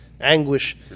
anguish